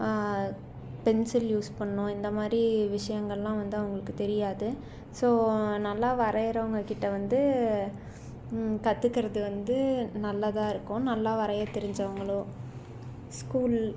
pencil use பண்ணும் இந்தமாதிரி விஷயங்கள்லாம் வந்து அவங்களுக்கு தெரியாது ஸோ நல்லா வரைகிறவங்க கிட்ட வந்து கற்றுக்கிறது வந்து நல்லாதான் இருக்கும் நல்லா வரையத் தெரிஞ்சவங்களும் ஸ்கூல்